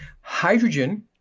hydrogen